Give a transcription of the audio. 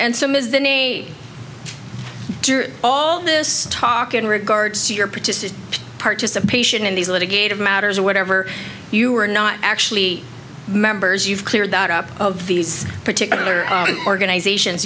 and some is than a all this talk in regards to your party's participation in these litigator matters or whatever you are not actually members you've cleared that up of these particular organizations